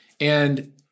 and-